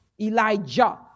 Elijah